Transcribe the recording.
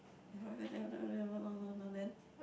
then